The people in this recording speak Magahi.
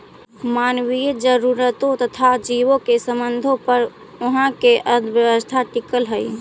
मानवीय जरूरतों तथा जीवों के संबंधों पर उहाँ के अर्थव्यवस्था टिकल हई